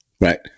right